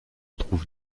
trouve